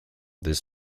this